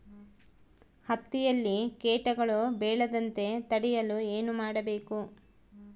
ಹತ್ತಿಯಲ್ಲಿ ಕೇಟಗಳು ಬೇಳದಂತೆ ತಡೆಯಲು ಏನು ಮಾಡಬೇಕು?